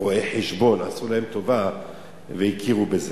רואי-חשבון שעשו להם טובה והכירו בזה.